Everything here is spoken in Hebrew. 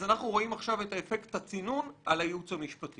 אז אנחנו רואים עכשיו את אפקט הצינון על הייעוץ המשפטי.